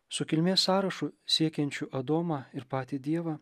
su kilmės sąrašu siekiančiu adomą ir patį dievą